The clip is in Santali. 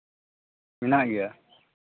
ᱢᱮᱱᱟᱜ ᱜᱮᱭᱟ